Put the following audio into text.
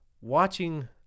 watching –